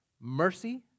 mercy